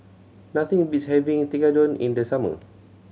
nothing beats having Tekkadon in the summer